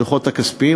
הדוחות הכספיים,